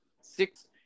six